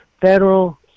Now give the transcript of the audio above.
federal